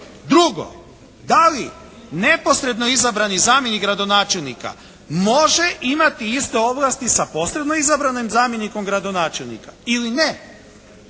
Drugo, da li neposredno izabrani zamjenik gradonačelnika može imati isto ovlasti sa posredno izabranim zamjenikom gradonačelnika ili ne?